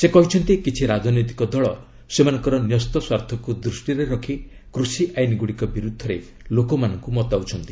ସେ କହିଛନ୍ତି କିଛି ରାଜନୈତିକ ଦଳ ସେମାନଙ୍କର ନ୍ୟସ୍ୱାର୍ଥକୁ ଦୃଷ୍ଟିରେ ରଖି କୃଷି ଆଇନଗୁଡ଼ିକ ବିରୁଦ୍ଧରେ ଲୋକମାନଙ୍କୁ ମତାଉଛନ୍ତି